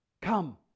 Come